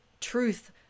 truth